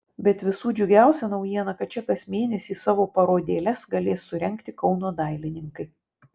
bet visų džiugiausia naujiena kad čia kas mėnesį savo parodėles galės surengti kauno dailininkai